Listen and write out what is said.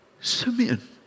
Simeon